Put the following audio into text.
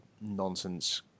nonsense